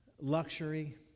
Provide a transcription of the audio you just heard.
luxury